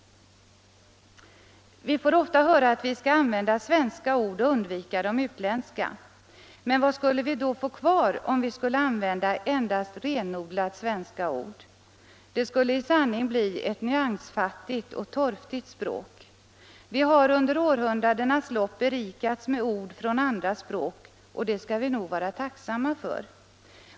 Vi får ofta höra att vi skall använda svenska ord och undvika de utländska. Men vad skulle vi då få kvar, om vi skulle använda endast renodlat svenska ord? Det skulle i sanning bli eu nyansfattigt och torftigt språk. Vi har under århundradenas lopp berikats med ord från andra språk och det skall vi nog vara tacksamma för.